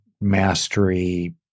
mastery